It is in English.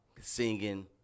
singing